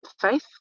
faith